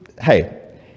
hey